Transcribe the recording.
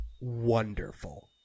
wonderful